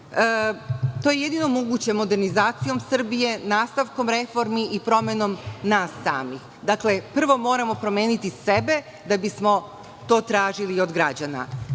To je jedino moguće modernizacijom Srbije, nastavkom reformi i promenom nas samih. Dakle, prvo moramo promeniti sebe da bismo to tražili i od građana. Zbog